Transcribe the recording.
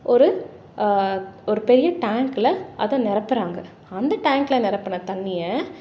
ஒரு ஒரு பெரிய டேங்க்கில் அதை நெரப்புறாங்க அந்த டேங்க்ல நெரப்புன தண்ணியை